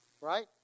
Right